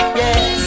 yes